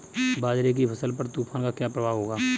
बाजरे की फसल पर तूफान का क्या प्रभाव होगा?